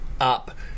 up